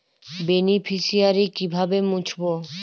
Beneficiary কিভাবে মুছব?